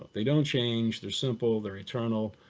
they don't change. they're simple. they're eternal.